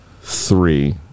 three